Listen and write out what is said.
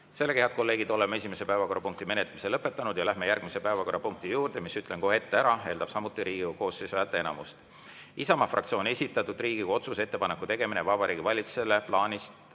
Head kolleegid, oleme esimese päevakorrapunkti menetlemise lõpetanud. Lähme järgmise päevakorrapunkti juurde, mis – ütlen kohe ette ära – eeldab samuti Riigikogu koosseisu häälteenamust: Isamaa fraktsiooni esitatud Riigikogu otsuse "Ettepaneku tegemine Vabariigi Valitsusele loobuda